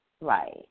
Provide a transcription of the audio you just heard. right